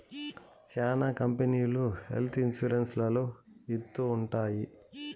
శ్యానా కంపెనీలు health insurance లలో ఇత్తూ ఉంటాయి